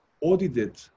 audited